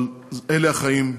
אבל אלה החיים.